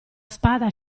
spada